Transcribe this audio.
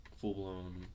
full-blown